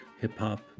hip-hop